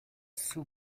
sue